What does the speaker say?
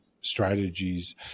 strategies